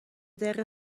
دقیقه